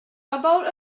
about